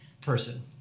person